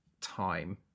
time